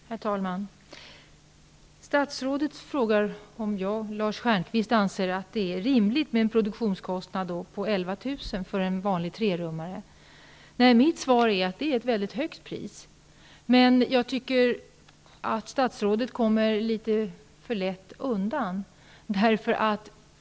Herr talman! Statsrådet frågade om jag och Lars Stjernkvist anser att det är rimligt med en produktionskostnad på 11 000 kr. för en vanlig trerumslägenhet. Mitt svar blir att det är ett mycket högt pris. Men jag tycker att statsrådet kommer undan litet för lätt.